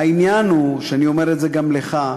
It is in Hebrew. והעניין הוא, ואני אומר את זה גם לך,